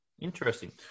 Interesting